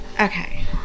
Okay